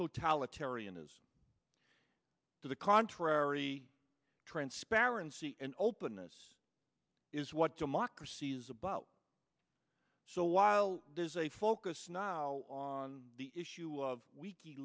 totalitarian is to the contrary transparency and openness is what democracy is about so while there's a focus now on the issue of we